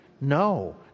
no